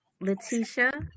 Letitia